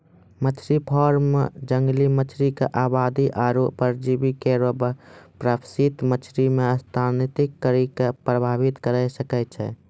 मछरी फार्म जंगली मछरी क आबादी आरु परजीवी केरो प्रवासित मछरी म स्थानांतरित करि कॅ प्रभावित करे सकै छै